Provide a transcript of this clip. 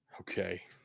Okay